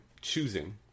choosing